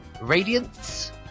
Radiance